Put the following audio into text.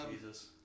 Jesus